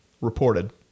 reported